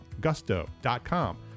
gusto.com